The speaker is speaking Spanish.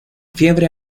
fiebre